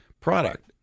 product